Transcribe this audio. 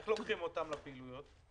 איך לוקחים אותם לפעילויות?